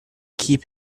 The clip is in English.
keep